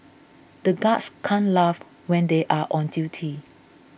the guards can't laugh when they are on duty